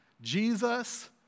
Jesus